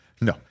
no